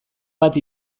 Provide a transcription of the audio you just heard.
bat